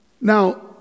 Now